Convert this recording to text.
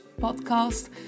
podcast